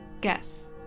Guess